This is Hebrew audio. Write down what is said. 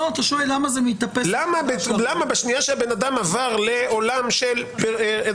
למה בשנייה שהבן אדם עבר לעולם של זה,